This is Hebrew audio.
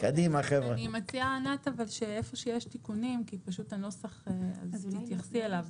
אני מציעה שהיכן שיש תיקונים, תתייחסי לזה.